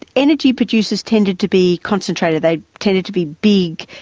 energy producers tended to be concentrated, they tended to be big,